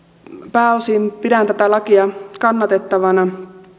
pääosin pidän tätä lakia kannatettavana